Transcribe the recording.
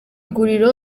guriro